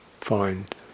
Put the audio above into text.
find